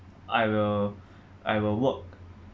I will I will work